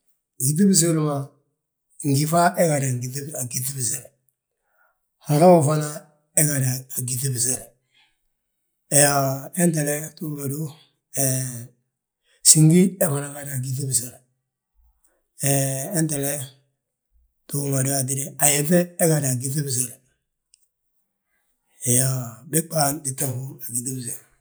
Yíŧi bisiri ma, njífa he gadu a gyíŧi bisire, hara ho fana he gadu a gyíŧi bisire. Hentele ftuugu ma dú, hee síngi he fana gadu a gjíŧi bisire, hee henteleş ftuugi ma du hatíde ayefe he gadu a gyíŧi bisire. Iyoo bégbà ntinta húr a gyíŧi bisiri ma.